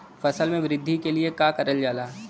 फसल मे वृद्धि के लिए का करल जाला?